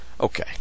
Okay